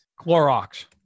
Clorox